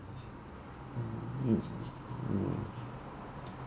mmhmm mm